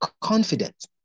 confident